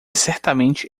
certamente